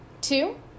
Two